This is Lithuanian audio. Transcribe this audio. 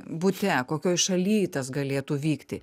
bute kokioj šaly tas galėtų vykti